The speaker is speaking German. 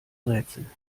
rätsel